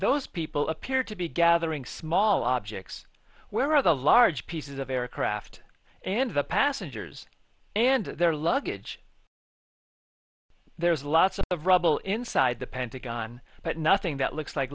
those people appear to be gathering small objects where are the large pieces of aircraft and the passengers and their luggage there's lots of rubble inside the pentagon but nothing that looks like